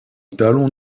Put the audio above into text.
talon